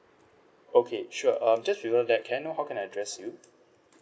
okay sure um just before that can I know how can I address you